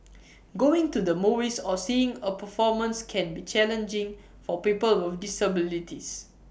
going to the movies or seeing A performance can be challenging for people with disabilities